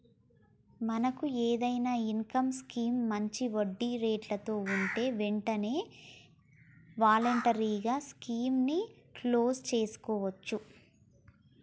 మనకు ఏదైనా income scheme మంచి వడ్డీ రేట్లలో ఉంటే వెంటనే వాలంటరీగా స్కీమ్ ని క్లోజ్ సేసుకోవచ్చు